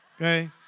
okay